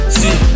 see